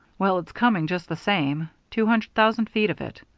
well, it's coming just the same, two hundred thousand feet of it.